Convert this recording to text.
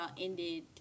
ended